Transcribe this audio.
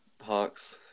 Hawks